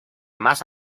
más